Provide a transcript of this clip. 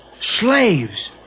Slaves